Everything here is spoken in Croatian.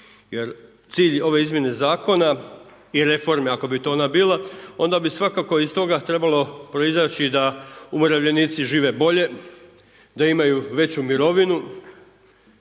jer cilj ove izmjene zakona i reforme ako bi ona bila, onda bi svakako iz toga trebalo proizaći da umirovljenici žive bolje, da imaju veću mirovinu